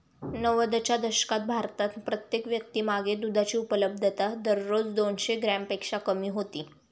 नव्वदच्या दशकात भारतात प्रत्येक व्यक्तीमागे दुधाची उपलब्धता दररोज दोनशे ग्रॅमपेक्षा कमी होती